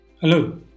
Hello